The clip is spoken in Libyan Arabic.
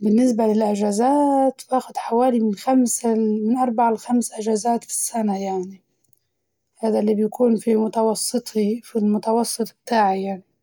بالنسبة للأجازات باخد حوالي من خمسة ل- من أربعة لخمسة أجازات في السنة يعني، هذا اللي بيكون في متوسطي في المتوسط تاعي يعني.